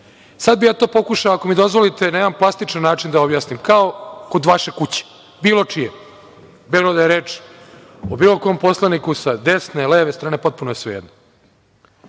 bih ja to pokušao, ako mi dozvolite, na jedan plastičan način da objasnim. Kao kod vaše kuće, bilo čije, bilo da je reč o bilo kom poslaniku sa desne, leve strane, potpuno je svejedno.